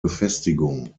befestigung